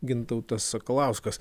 gintautas sakalauskas